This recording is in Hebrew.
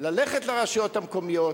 ללכת לרשויות המקומיות,